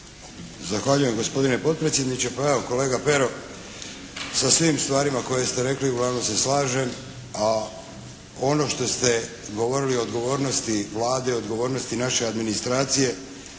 Zahvaljujem gospodine potpredsjedniče. Pa evo kolega Pero, sa svim stvarima koje ste rekli uglavnom se slažem, a ono što ste govorili o odgovornosti Vlade i odgovornosti naše administracije,